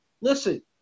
listen